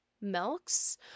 Milks